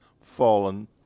fallen